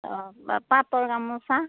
অঁ পাটৰ গামোচা